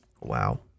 Wow